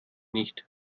nicht